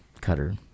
cutter